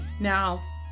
now